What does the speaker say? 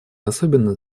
особенно